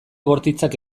bortitzak